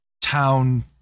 town